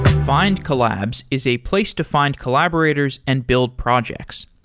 findcollabs is a place to find collaborators and build projects.